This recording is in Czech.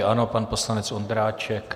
Ano, pan poslanec Ondráček.